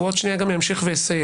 ועוד שנייה הוא גם ימשיך ויסיים,